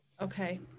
Okay